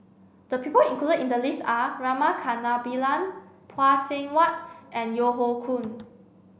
the people included in the list are Rama Kannabiran Phay Seng Whatt and Yeo Hoe Koon